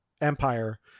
Empire